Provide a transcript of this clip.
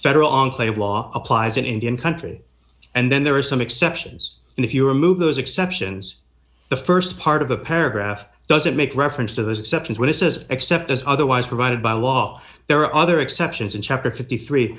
federal enclave law applies in indian country and then there are some exceptions and if you remove those exceptions the st part of the paragraph doesn't make reference to those exceptions where it says except as otherwise provided by law there are other exceptions in chapter fifty three